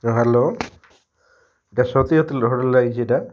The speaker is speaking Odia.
ହ୍ୟାଲୋ ଇ'ଟା ସ୍ୱାତୀ ହୋଟେଲ୍ ଲାଗିଛେ ଇ'ଟା